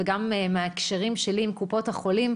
גם מהקשרים שלי עם קופות החולים,